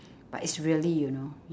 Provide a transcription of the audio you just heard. but it's really you know